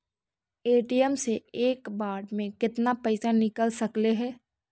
ATM से एक बार मे केतना पैसा निकल सकले हे?